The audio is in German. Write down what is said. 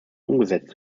umgesetzt